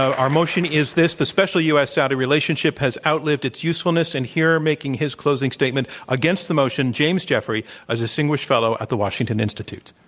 our motion is this, the special u. s. saudi relationship has outlived its usefulness. and here making his closing statement against the motion, james jeffrey, a distinguished fellow at the washington institute.